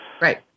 Right